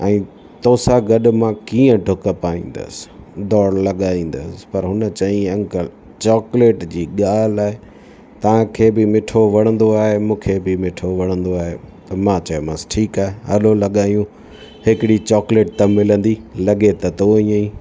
ऐं तोसां गॾु मां कीअं डुक पाईंदुसि दौड़ लॻाईंदुसि पर उन चयईं अंकल चॉक्लेट जी ॻाल्हि आहे तव्हांखे बि मिठो वणंदो आहे मूंखे बि मिठो वणंदो आहे त मां चयोमांसि ठीकु आहे हलो लॻायूं हिकिड़ी चॉक्लेट त मिलंदी लॻे त थो ईअं ई